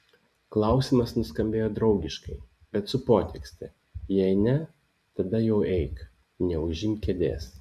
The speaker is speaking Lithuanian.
klausimas nuskambėjo draugiškai bet su potekste jei ne tada jau eik neužimk kėdės